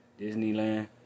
Disneyland